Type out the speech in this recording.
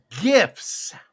gifts